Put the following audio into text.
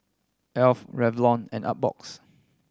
Alf Revlon and Artbox